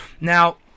Now